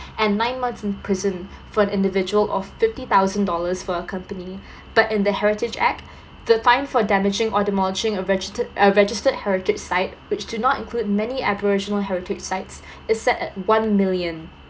and nine months in prison for an individual or fifty thousand dollars for a company but in the heritage act the fine for damaging or demolishing a regist~ a registered heritage site which do not include many aboriginal heritage sites is set at one million